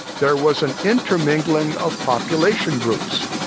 there was an intermingling of population groups,